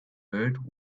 heard